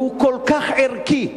הוא כל כך ערכי,